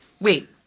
Wait